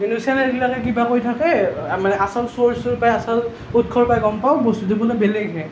news চেনেলবিলাকে কিবা কৈ থাকে আমাৰ আচল চ'ৰ্চ বা আচল উৎসৰ পৰা গম পাওঁ বস্তুটো বোলে বেলেগহে